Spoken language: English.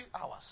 hours